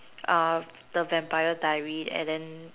the Vampire diary and then